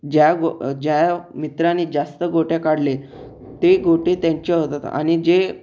ज्या गो ज्या मित्रानी जास्त गोट्या काढले ते गोटे त्यांचे होतात आणि जे